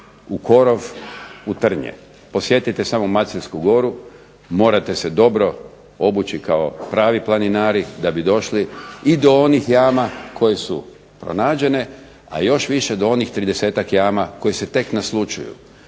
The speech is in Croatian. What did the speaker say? u korov, u trnje. Posjetite samo Maceljsku goru, morate se dobro obući kao pravi planinari da bi došli i do onih jama koje su pronađene,a još više do onih 30-ak jama koje se tek naslućuju.